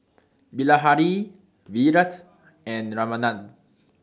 Bilahari Virat and Ramanand